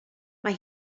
mae